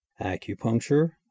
acupuncture